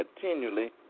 continually